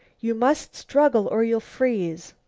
you must struggle or you'll freeze.